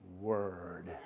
word